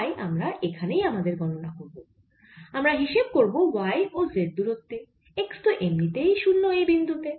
তাই আমরা এখানেই আমাদের গণনা করব আমরা হিসেব করব y ও z দূরত্বে x তো এমনিতেই 0 এই বিন্দু তে